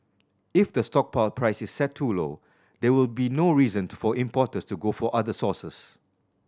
if the stockpile price is set too low there will be no reason to for importers to go for other sources